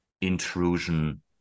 intrusion